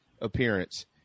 appearance